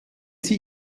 sie